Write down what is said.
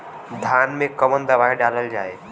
धान मे कवन दवाई डालल जाए?